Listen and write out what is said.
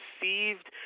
received